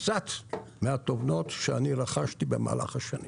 קצת מהתובנות שאני רכשתי במהלך השנים.